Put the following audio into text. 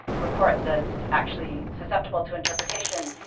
reports as actually susceptible to interpretation,